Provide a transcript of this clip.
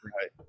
Right